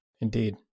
indeed